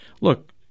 Look